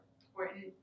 important